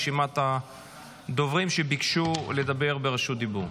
זו רשימת הדוברים שביקשו לדבר ברשות דיבור.